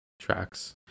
tracks